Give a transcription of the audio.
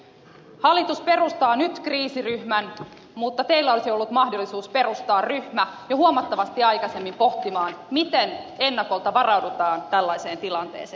hallitus perustaa nyt kriisiryhmän mutta teillä olisi ollut mahdollisuus perustaa ryhmä jo huomattavasti aikaisemmin pohtimaan miten ennakolta varaudutaan tällaiseen tilanteeseen